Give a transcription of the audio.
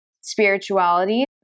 spirituality